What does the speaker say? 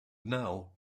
now